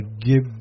give